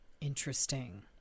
Interesting